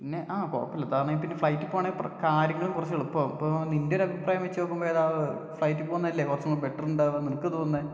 പിന്നെ ആ കുഴപ്പമില്ല ഇതാണേപ്പിന്നെ ഫ്ലൈറ്റിൽ പോകുവാണേൽ കാര്യങ്ങൾ കുറച്ച് എളുപ്പമാകും ഇപ്പോൾ നിൻറ്റൊരഭിപ്രായം വെച്ച് നോക്കുമ്പോൾ ഏതാ ഫ്ലൈറ്റിൽ പോകുന്നതല്ലെ കുറച്ചും കൂടെ ബെറ്റർ ഉണ്ടാവുക നിനക്ക് തോന്നുന്നത്